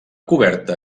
coberta